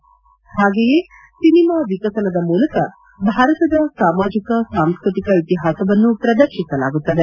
ಪಾಗೆಯೇ cinema ವಿಕಸನದ ಮೂಲಕ ಭಾರತದ ಸಾಮಾಜಿಕ ಸಾಂಸ್ತ್ರತಿಕ ಇತಿಪಾಸವನ್ನು ಪ್ರದರ್ಶಿಸಲಾಗುತ್ತದೆ